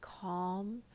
calm